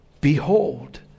Behold